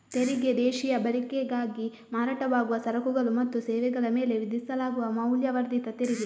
ತೆರಿಗೆ ದೇಶೀಯ ಬಳಕೆಗಾಗಿ ಮಾರಾಟವಾಗುವ ಸರಕುಗಳು ಮತ್ತು ಸೇವೆಗಳ ಮೇಲೆ ವಿಧಿಸಲಾಗುವ ಮೌಲ್ಯವರ್ಧಿತ ತೆರಿಗೆ